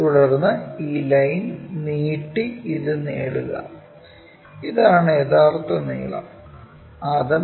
തുടർന്ന് ഈ ലൈൻ നീട്ടി ഇത് നേടുക ഇതാണ് യഥാർത്ഥ നീളം